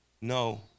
no